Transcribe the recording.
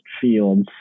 fields